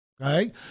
Okay